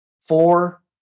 four